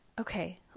Okay